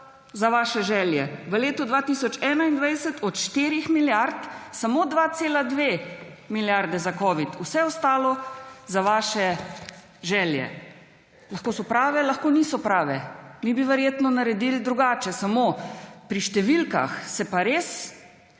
za vaše želje. V letu 2021 od 4 milijard samo 2,2 milijardi za covid, vse ostalo za vaše želje. Lahko so prave, lahko niso prave. Mi bi verjetno naredil drugače. Samo pri številkah se pa res